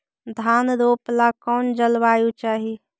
धान रोप ला कौन जलवायु चाही?